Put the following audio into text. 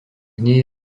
nie